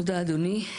תודה אדוני.